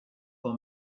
for